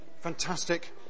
Fantastic